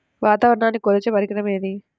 వాతావరణాన్ని కొలిచే పరికరం ఏది?